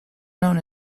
known